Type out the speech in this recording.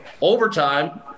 overtime